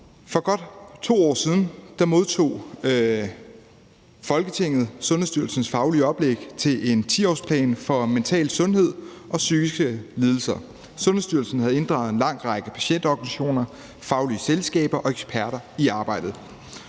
For godt 2 år siden modtog Folketinget Sundhedsstyrelsens faglige oplæg til en 10-årsplan for mental sundhed og psykiske lidelser. Sundhedsstyrelsen havde inddraget en lang række patientorganisationer, faglige selskaber og eksperter i arbejdet,